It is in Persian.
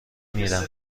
میرم